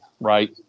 right